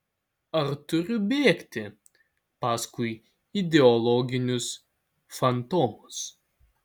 ar turiu bėgti paskui ideologinius fantomus